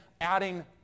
adding